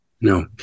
No